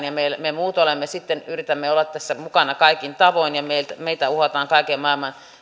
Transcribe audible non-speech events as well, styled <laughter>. <unintelligible> ja me muut yritämme sitten olla tässä mukana kaikin tavoin ja meitä uhataan kaiken maailman